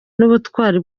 n’ubutwari